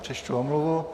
Přečtu omluvy.